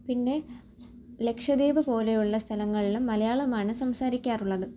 പിന്നെ ലക്ഷദീപ് പോലെയുള്ള സ്ഥലങ്ങളിലും മലയാളമാണ് സംസാരിക്കാറുള്ളത്